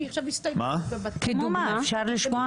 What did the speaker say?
אפשר לשמוע?